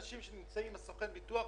אנחנו מסכימים שיש כשל תחרות בביטוח,